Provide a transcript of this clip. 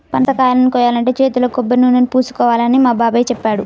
పనసకాయని కోయాలంటే చేతులకు కొబ్బరినూనెని పూసుకోవాలని మా బాబాయ్ చెప్పాడు